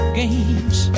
games